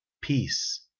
Peace